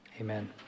Amen